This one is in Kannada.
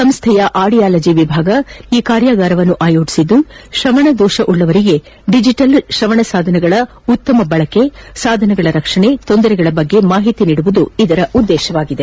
ಸಂಸ್ದೆಯ ಸಆಡಿಯಾಲಜಿ ವಿಭಾಗ ಈ ಕಾರ್ಯಾಗಾರ ಏರ್ಪಡಿಸಿದ್ದು ಶ್ರವಣದೋಷವುಳ್ಳವರಿಗೆ ಡಿಜಿಟಲ್ ಶ್ರವಣ ಸಾಧನಗಳ ಉತ್ತಮ ಬಳಕೆ ಸಾಧನಗಳ ರಕ್ಷಣೆ ತೊಂದರೆಗಳ ಬಗ್ಗೆ ಮಾಹಿತಿ ಒದಗಿಸುವುದು ಇದರ ಉದ್ದೇಶವಾಗಿದೆ